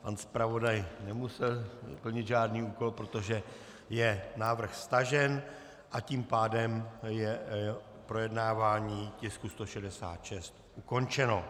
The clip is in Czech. Pan zpravodaj nemusel plnit žádný úkol, protože je návrh stažen, a tím pádem je projednávání tisku 166 ukončeno.